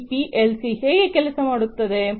ಈ ಪಿಎಲ್ಸಿಯ ಹೇಗೆ ಕೆಲಸ ಮಾಡುತ್ತದೆ